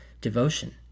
devotion